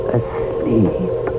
asleep